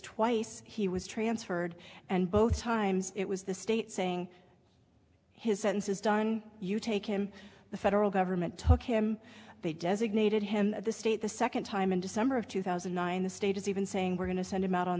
twice he was transferred and both times it was the state saying his sentence is done you take him the federal government told him they designated him the state the second time in december of two thousand and nine the state is even saying we're going to send him out on